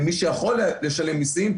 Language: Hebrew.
למי שיכול לשלם מיסים,